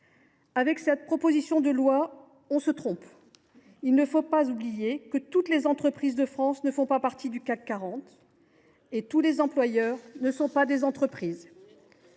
souhaite revenir en arrière. On se trompe ! Il ne faut pas oublier que toutes les entreprises de France ne font pas partie du CAC 40 et que tous les employeurs ne sont pas des entreprises.